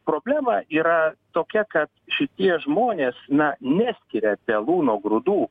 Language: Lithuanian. problema yra tokia kad šitie žmonės na neskiria pelų nuo grūdų